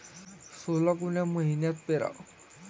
सोला कोन्या मइन्यात पेराव?